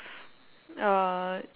uh